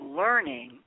learning